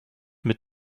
mit